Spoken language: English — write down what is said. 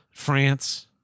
France